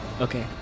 Okay